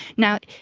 now,